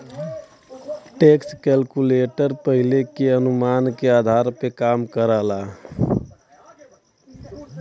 tax calculator पहिले के अनुमान के आधार पर काम करला